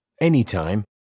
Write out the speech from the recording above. anytime